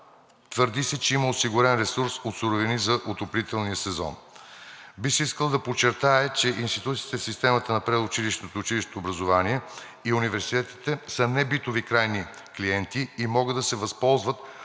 Твърди се, че има осигурен ресурс от суровини за отоплителния сезон. Бих искал да подчертая, че институциите в системата на предучилищното и училищното образование и университети са небитови крайни клиенти и могат да се възползват